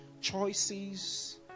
choices